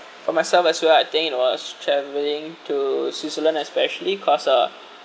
for myself as well I think it was travelling to switzerland especially cause ah